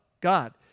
God